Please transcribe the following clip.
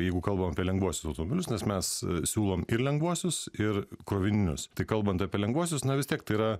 jeigu kalbam apie lengvuosius automobilius nes mes siūlom ir lengvuosius ir krovininius tai kalbant apie lengvuosius na vis tiek tai yra